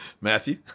Matthew